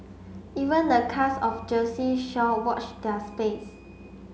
even the cast of Jersey Shore watch their space